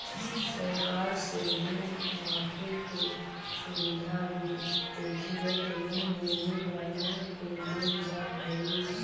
सरकार से ऋण माफी के सुविधा भी व्यक्तिगत ऋण लेवे वालन के देल जा हई